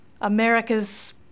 America's